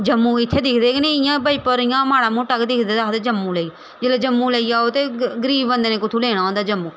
जम्मू इत्थै दिखदे गै नि इ'यां बजीपुर इयां माड़ा मुट्टा गै दिखदे ते आखदे जम्मू लेई जेल्लै जम्मू लेई जाओ ते गरीब बंदे न कु'त्थूं लेना होंदा जम्मू